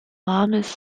alarmist